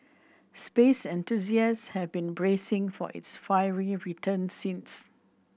space enthusiasts have been bracing for its fiery return since